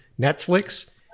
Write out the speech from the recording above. Netflix